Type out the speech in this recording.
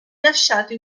lasciate